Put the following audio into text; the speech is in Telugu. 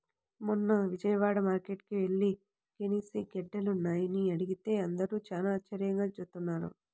మొన్న విజయవాడ మార్కేట్టుకి యెల్లి గెనిసిగెడ్డలున్నాయా అని అడిగితే అందరూ చానా ఆశ్చర్యంగా జూత్తన్నారు